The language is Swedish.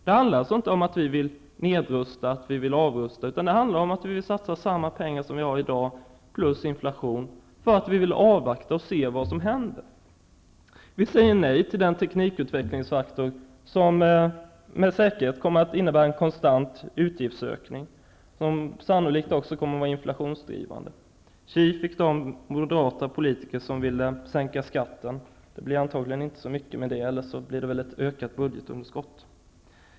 Det handlar inte om att vi vill nedrusta, utan det handlar om att vi vill satsa samma pengar som vi har i dag plus inflation eftersom att vi vill avvakta och se vad som händer. Vi säger nej till den teknikutvecklingsfaktor som med säkerhet kommer att innebära en konstant utgiftsökning, vilket också sannolikt kommer att vara inflationsdrivande. Tji fick de moderata politiker som ville sänka skatten! Det blir antagligen inte så mycket med det, eller så blir det ett ökat budgetunderskott.